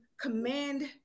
command